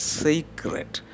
sacred